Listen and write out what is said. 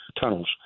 tunnels